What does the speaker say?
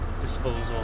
disposal